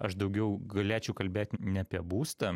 aš daugiau galėčiau kalbėt ne apie būstą